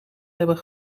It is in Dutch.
hebben